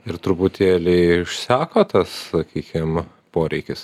ir truputėlį išseko tas sakykim poreikis